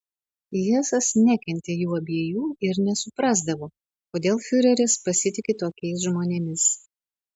hesas nekentė jų abiejų ir nesuprasdavo kodėl fiureris pasitiki tokiais žmonėmis